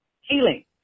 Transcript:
healing